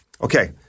Okay